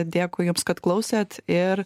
dėkui jums kad klausėt ir